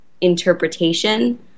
interpretation